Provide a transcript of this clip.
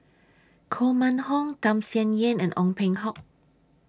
Koh Mun Hong Tham Sien Yen and Ong Peng Hock